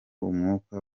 umwuka